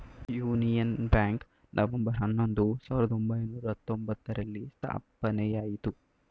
union Bank November ಹನ್ನೊಂದು, ಸಾವಿರದ ಒಂಬೈನೂರ ಹತ್ತೊಂಬ್ತರಲ್ಲಿ ಸ್ಥಾಪನೆಯಾಯಿತು